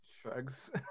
Shrugs